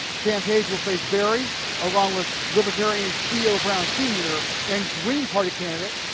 sam page will face very along with libertarian thiel brown senior and green party candidate.